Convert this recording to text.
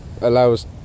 allows